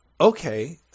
Okay